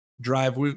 drive